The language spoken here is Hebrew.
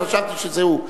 אז חשבתי שזה הוא.